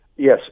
Yes